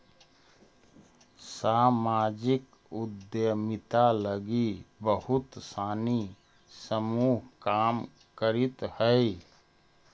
सामाजिक उद्यमिता लगी बहुत सानी समूह काम करित हई